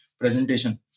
presentation